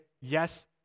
yes